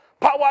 Power